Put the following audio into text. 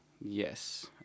Yes